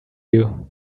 you